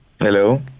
Hello